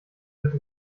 wird